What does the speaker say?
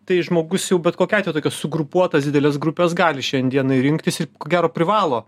tai žmogus jau bet kokiu atveju tokias sugrupuotas dideles grupes gali šiandienai rinktis ir ko gero privalo